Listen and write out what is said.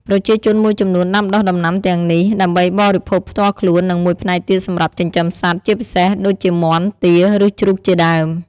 ប្រជាជនមួយចំនួនដាំដុះដំណាំទាំងនេះដើម្បីបរិភោគផ្ទាល់ខ្លួន និងមួយផ្នែកទៀតសម្រាប់ចិញ្ចឹមសត្វ ជាពិសេសដូចជាមាន់ ទា ឬជ្រូកជាដើម។